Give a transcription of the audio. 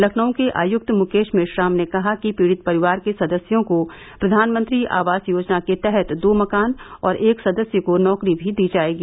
लखनऊ के आयुक्त मुकेश मेश्राम ने कहा कि पीड़ित परिवार के सदस्यों को प्रधानमंत्री आवास योजना के तहत दो मकान और एक सदस्य को नौकरी भी दी जायेगी